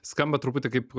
skamba truputį kaip